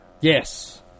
Yes